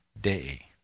day